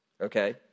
Okay